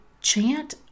chant